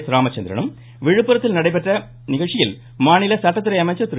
இந்து ராமச்சந்திரனும் விழுப்புரத்தில் நடைபெற்ற நிகழ்ச்சியில் மாநில சட்டத்துறை அமைச்சர் திரு